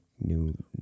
new